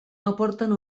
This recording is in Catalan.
aporten